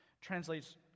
translates